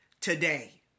today